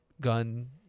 gun